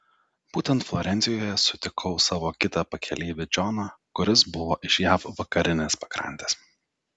būtent florencijoje sutikau savo kitą pakeleivį džoną kuris buvo iš jav vakarinės pakrantės